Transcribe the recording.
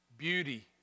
Beauty